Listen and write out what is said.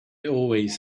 always